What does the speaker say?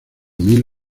mil